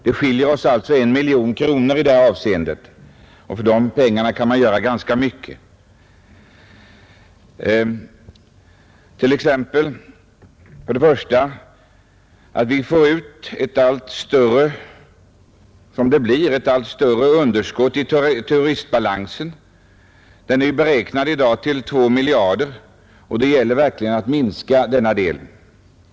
Det skiljer 1 miljon kronor mellan våra förslag, och för de pengarna kan man göra ganska mycket. För det första blir underskottet i vår turistbalans allt större. Det beräknas i dag vara 2 miljarder kronor. Det gäller verkligen att minska det underskottet.